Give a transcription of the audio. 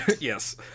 Yes